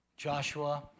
Joshua